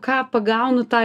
ką pagaunu tą